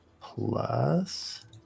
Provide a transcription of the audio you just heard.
plus